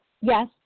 yes